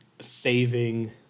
saving